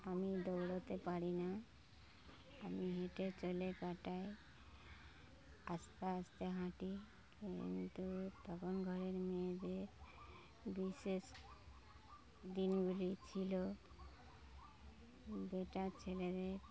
আমি দৌড়োতে পারি না আমি হেঁটে চলে কাটাই আস্তে আস্তে হাঁটি কিন্তু তখন ঘরের মেয়েদের বিশেষ দিনগুলি ছিল বেটা ছেলেদের